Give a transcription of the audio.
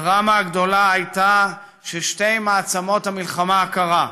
הדרמה הגדולה הייתה ששתי מעצמות המלחמה הקרה,